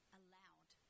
allowed